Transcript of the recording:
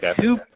two